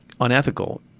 unethical